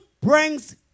brings